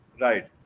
Right